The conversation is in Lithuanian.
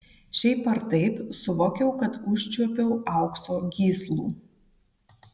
šiaip ar taip suvokiau kad užčiuopiau aukso gyslų